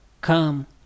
Come